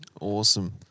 Awesome